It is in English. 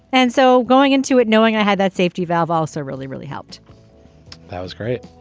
and so going into it knowing i had that safety valve also really really helped that was great.